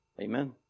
Amen